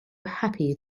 happy